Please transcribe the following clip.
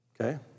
Okay